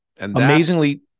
Amazingly